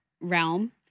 realm